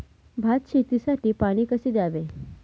भात शेतीसाठी पाणी कसे द्यावे?